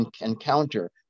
encounter